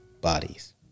bodies